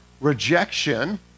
rejection